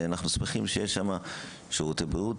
אנחנו שמחים שיש שם שירותי בריאות,